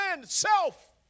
self